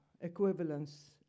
equivalence